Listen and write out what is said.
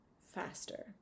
faster